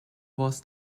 was